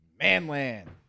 Manland